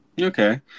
okay